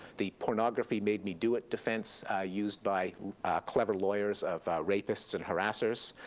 the pornography made me do it defense used by clever lawyers of rapists and harassers,